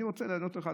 אני רוצה לענות לך,